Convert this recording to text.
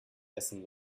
essen